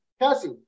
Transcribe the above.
Cassie